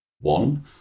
One